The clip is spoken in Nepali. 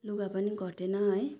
लुगा पनि घटेन है